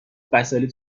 وسایلت